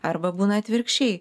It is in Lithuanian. arba būna atvirkščiai